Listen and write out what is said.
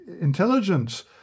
intelligence